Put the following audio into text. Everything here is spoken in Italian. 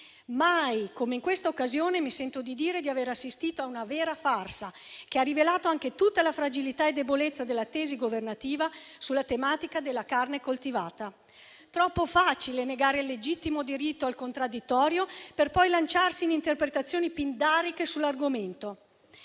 Mai come in questa occasione mi sento di dire di aver assistito a una vera farsa, che ha rivelato anche tutta la fragilità e la debolezza della tesi governativa sulla tematica della carne coltivata. Troppo facile negare il legittimo diritto al contraddittorio, per poi lanciarsi in interpretazioni pindariche sull'argomento.